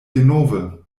denove